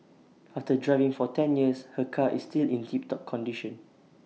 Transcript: after driving for ten years her car is still in tip top condition